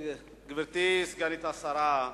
גברתי סגנית השר,